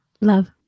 Love